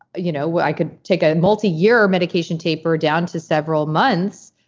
you know but i could take a multiyear medication taper down to several months.